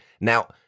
now